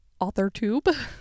AuthorTube